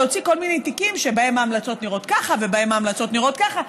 להוציא כל מיני תיקים שבהם ההמלצות נראות ככה ובהם ההמלצות נראות ככה.